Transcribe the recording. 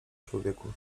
człowieku